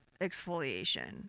exfoliation